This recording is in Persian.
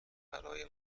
برای